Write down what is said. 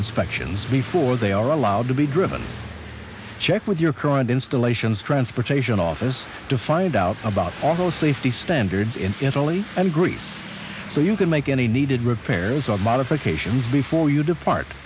inspections before they are allowed to be driven check with your current installations transportation office to find out about all those safety standards in italy and greece so you can make any needed repairs of modifications before you depart